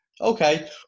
okay